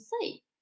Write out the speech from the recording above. see